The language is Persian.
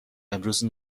امروز